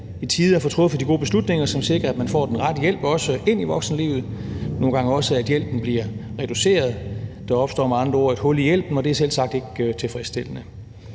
i tide at få truffet de gode beslutninger, som sikrer, at man får den rette hjælp, også ind i voksenlivet, og nogle gange også, at hjælpen bliver reduceret. Der opstår med andre ord et hul i hjælpen, og det er selvsagt ikke tilfredsstillende.